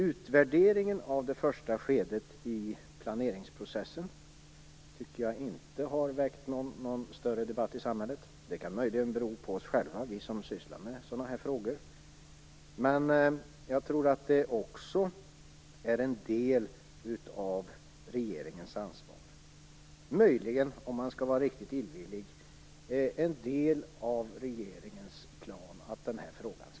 Utvärderingen av det första skedet i planeringsprocessen har inte väckt någon större debatt i samhället. Det kan möjligen bero på oss själva - vi som sysslar med sådana frågor. Men jag tror att det också är en del av regeringens ansvar. Om man skall vara riktigt illivillig är det möjligen en del av regeringens plan att inte snacka så mycket om den här frågan.